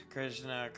Krishna